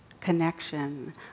connection